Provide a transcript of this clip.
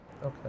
Okay